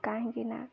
କାହିଁକିନା